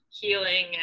healing